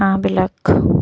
হাঁহবিলাক